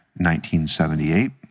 1978